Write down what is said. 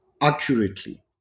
accurately